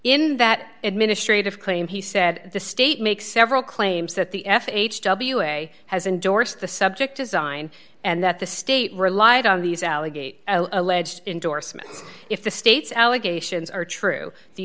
in that administrative claim he said the state makes several claims that the f h w a has endorsed the subject to sign and that the state relied on these allegations alleged indorsement if the state's allegations are true the